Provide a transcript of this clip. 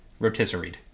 Rotisseried